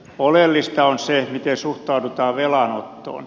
oleellista on se miten suhtaudutaan velanottoon